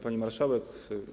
Pani Marszałek!